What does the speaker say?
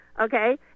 Okay